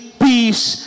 peace